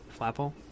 Flapple